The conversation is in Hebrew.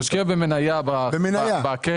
הוא משקיע במניה בקרן.